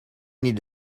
need